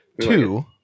Two